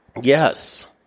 Yes